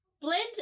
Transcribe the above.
blend